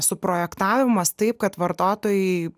suprojektavimas taip kad vartotojai